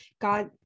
God